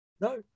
No